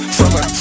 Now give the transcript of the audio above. summer